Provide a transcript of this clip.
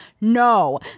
no